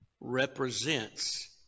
represents